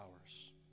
hours